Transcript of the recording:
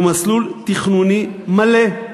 הוא מסלול תכנוני מלא,